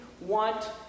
want